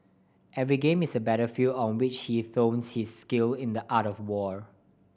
every game is a battlefield on which he his skill in the art of war